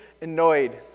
annoyed